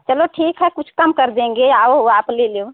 चलो ठीक है कुछ कम कर देंगे आओ आप ले लो